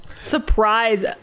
surprise